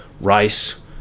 rice